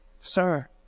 sir